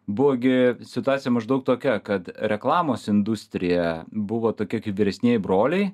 buvo gi situacija maždaug tokia kad reklamos industrija buvo tokia kaip vyresnieji broliai